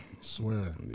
Swear